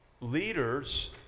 Leaders